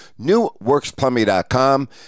newworksplumbing.com